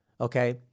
Okay